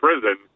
prison